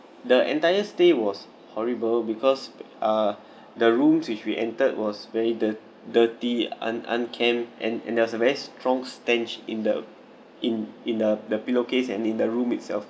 the entire stay was horrible because uh the rooms which we entered was very the dirt~ dirty un~ unkempt and and there was a very strong stench in the in in uh the pillow case and in the room itself